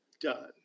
done